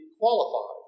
qualified